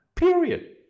Period